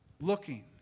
looking